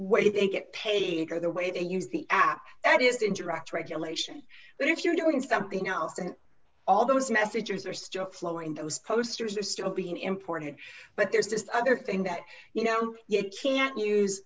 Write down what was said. what if they get paid for the way they use the app that is interacts regulation but if you're doing something else and all those messages are still flowing those posters are still being imported but there's this other thing that you know you can't use